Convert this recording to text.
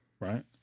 right